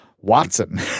watson